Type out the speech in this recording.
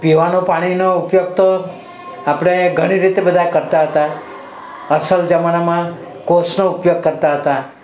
પીવાનો પાણીનો ઉપયોગ તો આપણે ઘણી રીતે બધા કરતાં હતાં અસલ જમાનામાં કોસનો ઉપયોગ કરતાં હતાં